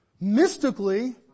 mystically